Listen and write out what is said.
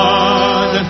God